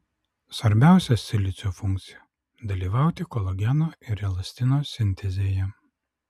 svarbiausia silicio funkcija dalyvauti kolageno ir elastino sintezėje